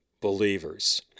believers